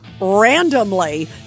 randomly